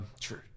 True